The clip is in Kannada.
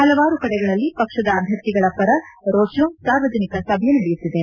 ಹಲವಾರು ಕಡೆಗಳಲ್ಲಿ ಪಕ್ಷದ ಅಭ್ಯರ್ಥಿಗಳ ಪರ ರೋಡ್ಶೋ ಸಾರ್ವಜನಿಕ ಸಭೆ ನಡೆಯುತ್ತಿವೆ